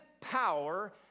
power